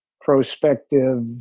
prospective